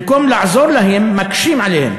במקום לעזור להם, מקשים עליהם".